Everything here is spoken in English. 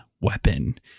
weapon